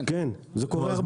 כן זה קורה הרבה.